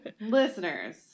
listeners